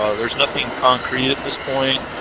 ah there is nothing concrete at this point,